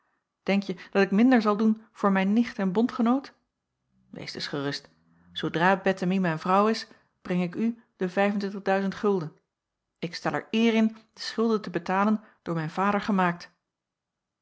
denkje dat ik minder zal doen voor mijn nicht en bondgenoot wees dus gerust zoodra bettemie mijn vrouw is breng ik u de ik stel er eer in de schulden te betalen door mijn vader gemaakt